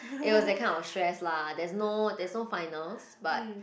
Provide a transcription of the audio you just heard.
it was that kind of stress lah there's no there's no finals but